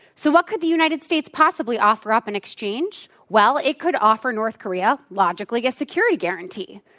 so, what could the united states possibly offer up in exchange? well, it could offer north korea logically a security guarantee,